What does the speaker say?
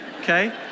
Okay